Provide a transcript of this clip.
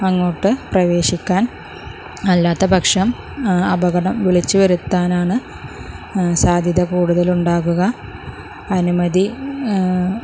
അങ്ങോട്ട് പ്രവേശിക്കാൻ അല്ലാത്ത പക്ഷം അപകടം വിളിച്ച് വരുത്താനാണ് സാധ്യത കൂടുതൽ ഉണ്ടാവുക അനുമതി